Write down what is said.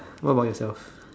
what about yourself